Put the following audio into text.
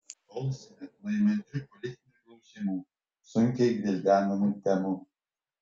tolsime nuo įmantrių politinių klausimų sunkiai gvildenamų temų